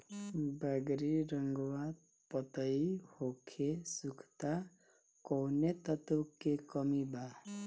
बैगरी रंगवा पतयी होके सुखता कौवने तत्व के कमी बा?